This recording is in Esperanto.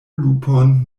lupon